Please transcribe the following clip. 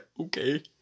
Okay